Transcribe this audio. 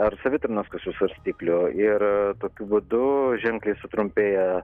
ar savitarnos kasų svarstyklių ir tokiu būdu ženkliai sutrumpėja